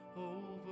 over